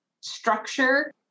structure